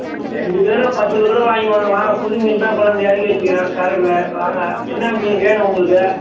ரெண்டு கிலோலாம் பத்து இருபது கிலோ வாங்கி போங்க வாங்க புது மீன் தான் கொண்டாந்து இறக்கி வச்சுருக்கேன் சரக்கில் வாங்க என்ன மீன் வேணும் உங்களுக்கு